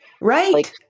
Right